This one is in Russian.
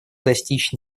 достичь